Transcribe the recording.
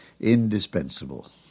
indispensable